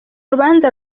rubanza